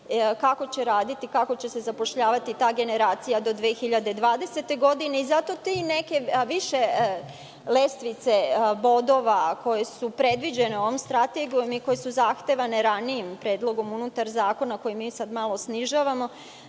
kako će raditi i kako će se zapošljavati ta generacija do 2020. godine i zato te neke više lestvice bodova koje su predviđene ovom strategijom i koje su zahtevane ranijim predlogom unutar zakona, koji mi sad malo snižavamo